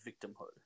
victimhood